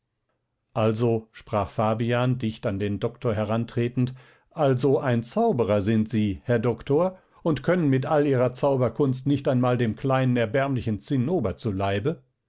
also sprach fabian dicht an den doktor herantretend also ein zauberer sind sie herr doktor und können mit all ihrer zauberkunst nicht einmal dem kleinen erbärmlichen zinnober zu leibe